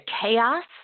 chaos